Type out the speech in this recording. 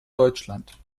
deutschland